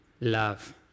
love